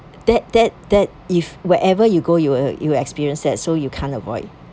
that that that if wherever you go you will you will experience that so you can't avoid